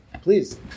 Please